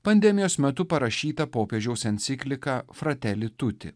pandemijos metu parašyta popiežiaus enciklika frateli tuti